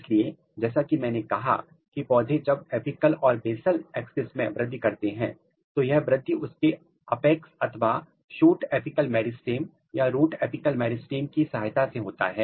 इसलिए जैसा कि मैंने कहा की पौधे जब अपिकल और बेसल एक्सेस में वृद्धि करते हैं तो यह वृद्धि उसके अपेक्स अथवा शूट अपिकल मेरिस्टम या रूट अपिकल मेरिस्टम की सहायता से होता है